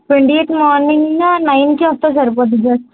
twenty eighth మార్నింగ్న నైన్కి వస్తే సరిపోతుంది